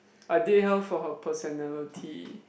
I date her for her personality